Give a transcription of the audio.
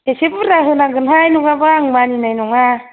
एसे बुरजा होनांगोनहाय नङाब्ला आं मानिनाय नङा